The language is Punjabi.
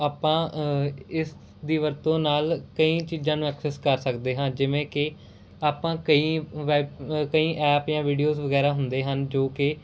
ਆਪਾਂ ਇਸ ਦੀ ਵਰਤੋਂ ਨਾਲ ਕਈ ਚੀਜ਼ਾਂ ਨੂੰ ਐਕਸੈਸ ਕਰ ਸਕਦੇ ਹਾਂ ਜਿਵੇਂ ਕਿ ਆਪਾਂ ਕਈ ਵੈ ਅ ਕਈ ਐਪ ਜਾਂ ਵੀਡੀਓਜ ਵਗੈਰਾ ਹੁੰਦੇ ਹਨ ਜੋ ਕਿ